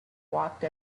walked